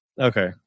Okay